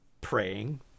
praying